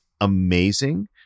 amazing